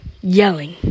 yelling